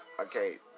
Okay